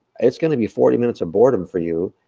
it's gonna be forty minutes of boredom for you,